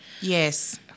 Yes